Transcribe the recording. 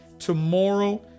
tomorrow